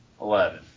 Eleven